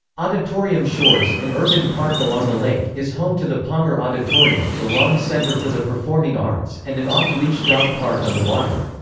auditorium shores, an urban park along the lake, is home to the palmer auditorium, the long center for the performing arts, and an off-leash dog park on the water.